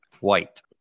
White